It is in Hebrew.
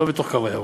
לא בתוך הקו הירוק.